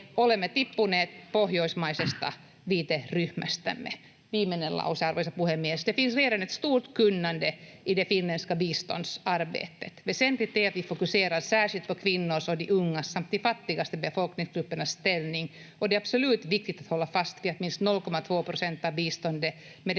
Olemme tippuneet pohjoismaisesta viiteryhmästämme. — Viimeinen lause, arvoisa puhemies.